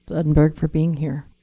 but and for being here,